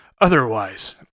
otherwise